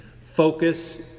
focus